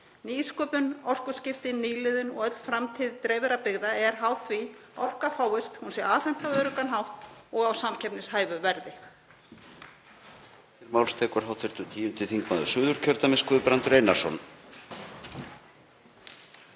Nýsköpun, orkuskipti, nýliðun og öll framtíð dreifðra byggða er háð því að orka fáist, hún sé afhent á öruggan hátt og á samkeppnishæfu verði.